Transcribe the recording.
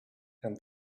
and